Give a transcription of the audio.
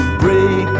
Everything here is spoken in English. break